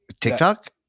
tiktok